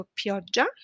pioggia